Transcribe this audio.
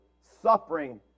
suffering